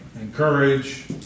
Encourage